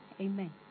Amen